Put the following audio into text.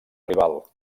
rival